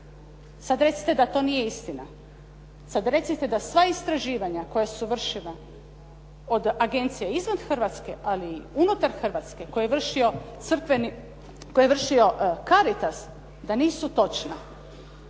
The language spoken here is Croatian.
sada recite da to nije istina, sada recite da sva istraživanja koja su vršenja od agencije izvan Hrvatske, ali i unutar Hrvatske koju je vršio "Caritas" da nisu točna.